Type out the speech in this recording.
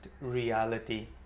reality